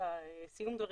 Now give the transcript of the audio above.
לסיום דבריך,